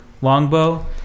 longbow